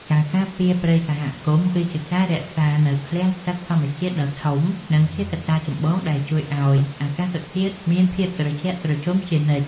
ការការពារព្រៃសហគមន៍គឺជាការរក្សានូវឃ្លាំងទឹកធម្មជាតិដ៏ធំ និងជាកត្តាចម្បងដែលជួយឱ្យអាកាសធាតុមានភាពត្រជាក់ត្រជុំជានិច្ច។